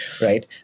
right